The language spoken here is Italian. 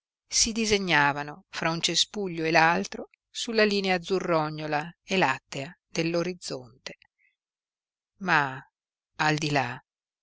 si disegnavano fra un cespuglio e l'altro sulla linea azzurrognola e lattea dell'orizzonte ma al di là